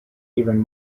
even